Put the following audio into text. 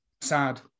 sad